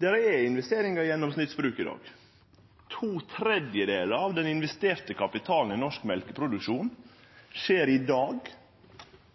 Det er investeringar i gjennomsnittsbruket i dag. To tredjedelar av den investerte kapitalen i norsk mjølkeproduksjon